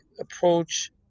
approach